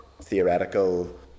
theoretical